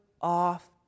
off